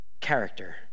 character